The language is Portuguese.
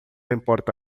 importa